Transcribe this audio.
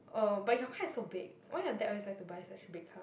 oh but your car is so big why your dad always like to buy such big car